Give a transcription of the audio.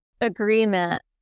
agreement